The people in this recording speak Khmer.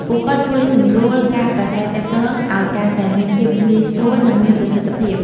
ពួកគាត់ជួយសម្រួលការប្រាស្រ័យទាក់ទងឲ្យកាន់តែមានភាពងាយស្រួល និងមានប្រសិទ្ធភាព។